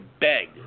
beg